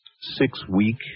six-week